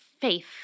faith